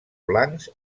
blancs